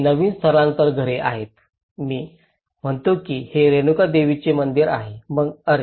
हे नवीन स्थानांतरन घरे आहेत मी म्हणतो की हे रेणुका देवी मंदिर आहे मग अरे